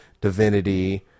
Divinity